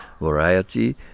variety